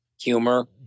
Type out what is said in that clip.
humor